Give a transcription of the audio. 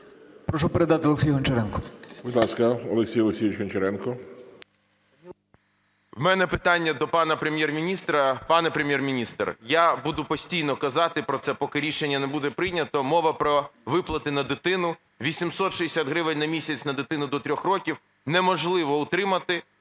ГОНЧАРЕНКО О.О. У мене питання до пана Прем'єр-міністра. Пане Прем'єр-міністре, я буду постійно казати про це, поки рішення не буде прийнято. Мова про виплати на дитину, 860 гривень на місяць на дитину до 3 років, неможливо утримати